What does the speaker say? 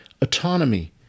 autonomy